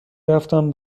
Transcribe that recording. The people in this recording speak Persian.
رفتن